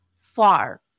far